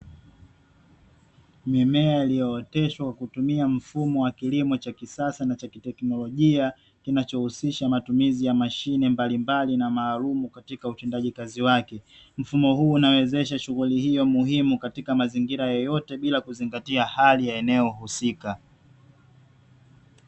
Mimea iliyooteshwa kutumia mfumo wa kilimo cha kisasa na chaki teknolojia kinachohusisha matumizi ya mashine mbalimbali na maalum katika utendaji kazi wake, mfumo huu unawezesha shughuli hiyo muhimu katika mazingira yoyote bila kuzingatia hali ya eneo husika.